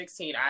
2016